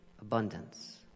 abundance